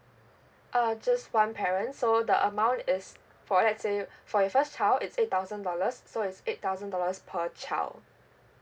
uh just one parent so the amount is for let's say for your first child is eight thousand dollars so it's eight thousand dollars per child